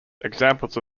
examples